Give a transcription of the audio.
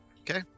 Okay